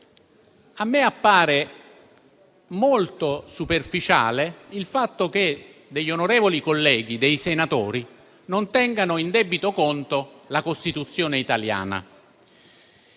A me pare molto superficiale il fatto che alcuni onorevoli colleghi senatori non tengano in debito conto la Costituzione italiana.